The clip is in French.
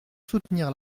soutenir